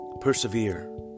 Persevere